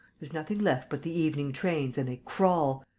there's nothing left but the evening trains, and they crawl!